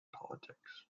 politics